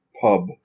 pub